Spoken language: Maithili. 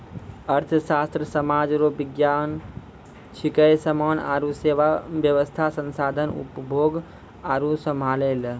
अर्थशास्त्र सामाज रो विज्ञान छिकै समान आरु सेवा वेवस्था संसाधन उपभोग आरु सम्हालै छै